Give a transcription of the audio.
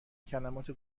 کلمات